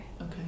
Okay